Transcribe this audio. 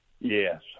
Yes